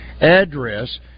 address